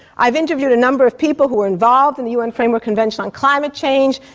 i've interviewed a number of people who were involved in the un framework convention on climate change,